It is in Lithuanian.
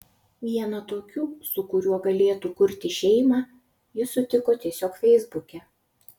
vieną tokių su kuriuo galėtų kurti šeimą ji sutiko tiesiog feisbuke